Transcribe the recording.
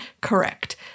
correct